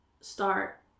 start